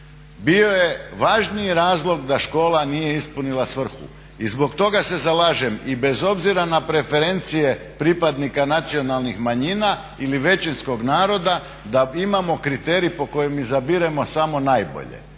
bio je važniji razlog da škola nije ispunila svrhu. I zbog toga se zalažem i bez obzira na preferencije pripadnika nacionalnih manjina ili većinskog naroda da imamo kriterij po kojem izabiremo samo najbolje.